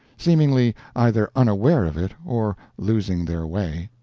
seemingly either unaware of it or losing their way.